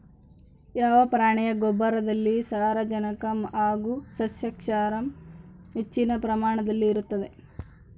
ಯಾವ ಪ್ರಾಣಿಯ ಗೊಬ್ಬರದಲ್ಲಿ ಸಾರಜನಕ ಹಾಗೂ ಸಸ್ಯಕ್ಷಾರ ಹೆಚ್ಚಿನ ಪ್ರಮಾಣದಲ್ಲಿರುತ್ತದೆ?